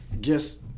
Guess